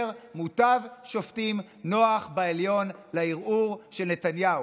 מוטב שופטים נוח בעליון לערעור של נתניהו.